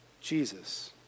Jesus